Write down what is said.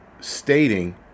stating